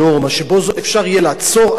שאפשר יהיה לעצור אדם